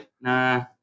Nah